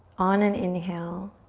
on an inhale,